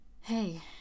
Hey